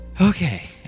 okay